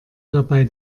dabei